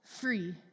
free